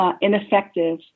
ineffective